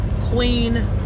queen